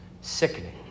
sickening